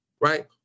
right